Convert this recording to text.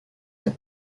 had